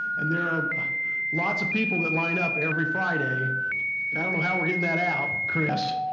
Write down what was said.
and there are lots of people that line up every friday and i don't know how we're getting that out, chris.